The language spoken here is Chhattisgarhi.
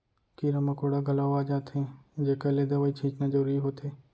कीरा मकोड़ा घलौ आ जाथें जेकर ले दवई छींचना जरूरी होथे